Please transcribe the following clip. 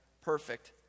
perfect